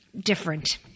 different